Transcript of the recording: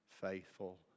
faithful